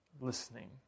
listening